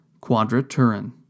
Quadraturin